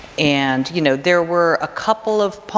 and, you know, there were a couple of